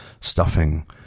stuffing